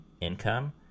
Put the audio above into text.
income